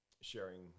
sharing